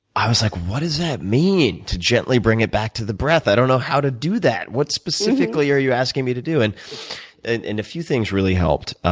i was like, what does that mean to gently bring it back to the breath? i don't know how to do that. what, specifically, are you asking me to do? and and and a few things really helped.